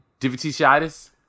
diverticulitis